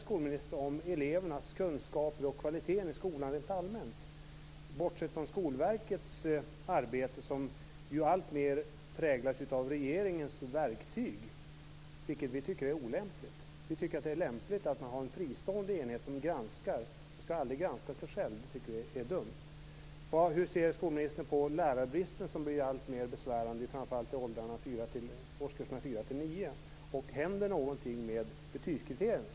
Skolverkets arbete, som ju alltmer präglas av regeringens verktyg, vilket vi tycker är olämpligt. Vi tycker att det är lämpligt att man har en fristående enhet som granskar. Man skall aldrig granska sig själv. Det är dumt. Hur ser skolministern på lärarbristen, som blir alltmer besvärande framför allt när det gäller årskurserna 4-9? Händer det någonting med betygskriterierna?